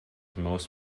most